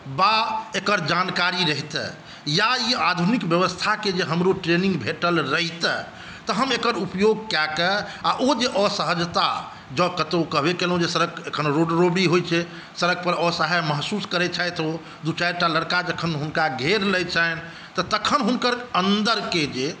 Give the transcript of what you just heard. वा एकर जानकारी रहितै ने ई आधुनिक व्यवस्थाके जे हमरो ट्रेनिंग भेटल रहितै तऽ हम एकर उपयोग कए कऽ आओर ओ जे असहजता जँ कतौ कहबे केलौं जे सड़क एखन रोड रोबरी होइ छै सड़क पर असहाय महसूस करै छथि ओ दू चारि टा लड़का जखन हुनका घेर लैत छनि तऽ तखन हुनकर अन्दरके जे